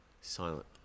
Silent